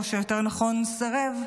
או יותר נכון סירבו,